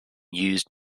used